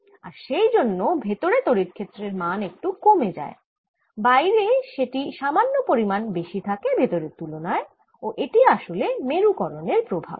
আর সেই জন্য ভেতরে তড়িৎ ক্ষেত্রের মান একটু কমে যায় বাইরে সেটি সামান্য পরিমান বেশি থাকে ভেতরের তুলনায় ও এটি আসলে মেরুকরনের প্রভাব